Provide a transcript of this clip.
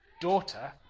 Daughter